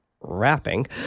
rapping